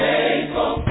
Faithful